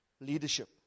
leadership